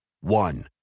One